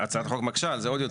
הצעת החוק מקשה על זה עוד יותר.